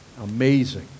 Amazing